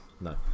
No